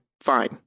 fine